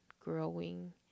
growing